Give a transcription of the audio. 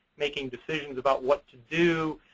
making decisions about what to do,